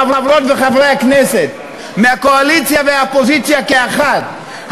חברות וחברי הכנסת מהקואליציה והאופוזיציה כאחד,